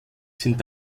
sind